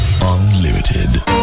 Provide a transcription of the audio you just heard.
Unlimited